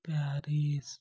Paris